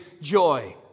joy